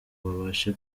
babashe